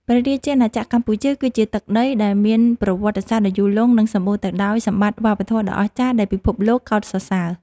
ព្រះរាជាណាចក្រកម្ពុជាគឺជាទឹកដីដែលមានប្រវត្តិសាស្ត្រដ៏យូរលង់ និងសម្បូរទៅដោយសម្បត្តិវប្បធម៌ដ៏អស្ចារ្យដែលពិភពលោកកោតសរសើរ។